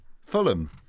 Fulham